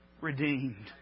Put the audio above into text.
redeemed